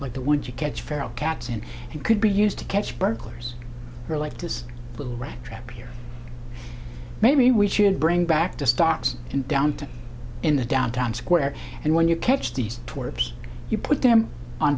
like the would you catch feral cats and he could be used to catch burglars like this little rat trap here maybe we should bring back to stocks in downtown in the downtown square and when you catch these tours you put them on